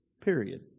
Period